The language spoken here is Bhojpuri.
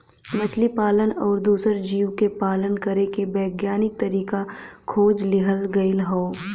मछली पालन आउर दूसर जीव क पालन करे के वैज्ञानिक तरीका खोज लिहल गयल हौ